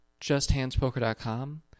justhandspoker.com